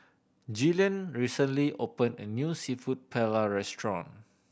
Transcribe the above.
Gillian recently open a new Seafood Paella Restaurant